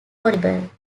horrible